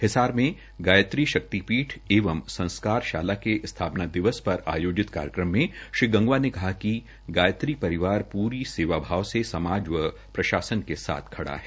हिसार में गायत्री शक्ति पीठ एवं संसकारशाला के स्थाना दिवस पर आयोजित कार्यक्रम में श्री गंगवा ने कहा कि गायत्री परिवार पूरी सेवाभाव से समाज व प्रशासन के साथ खड़ा है